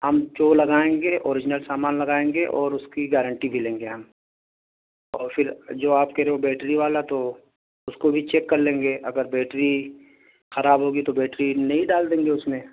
ہم جو لگائیں گے اوریجنل سامان لگائیں گے اور اس کی گارنٹی بھی لیں گے ہم اور پھر جو آپ کہہ رہے ہو بیٹری والا تو اس کو بھی چیک کر لیں گے اگر بیٹری خراب ہوگی تو بیٹری نئی ڈال دیں گے اس میں